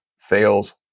fails